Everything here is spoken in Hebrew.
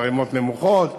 ערימות נמוכות.